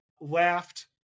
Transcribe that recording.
laughed